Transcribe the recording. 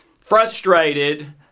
frustrated